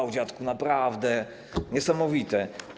Łał, dziadku, naprawdę, niesamowite.